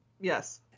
Yes